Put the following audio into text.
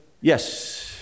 Yes